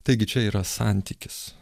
taigi čia yra santykis